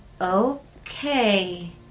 okay